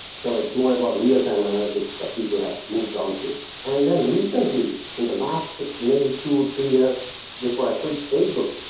so it's more about real time analytics that people has moved onto and then recently in last maybe two or three years before i quit facebook,